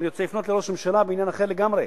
אני רוצה לפנות לראש הממשלה בעניין אחר לגמרי.